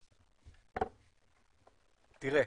תראה,